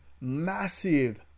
massive